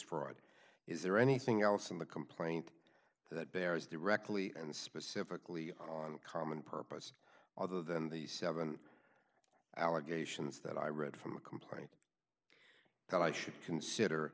fraud is there anything else in the complaint that bears directly and specifically on common purpose other than the seven allegations that i read from a complaint that i should consider